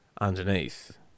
underneath